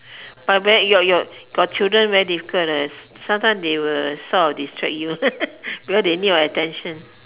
but when your your got children very difficult leh sometimes they will sort of distract you because they need your attention